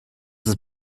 ist